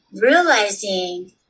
realizing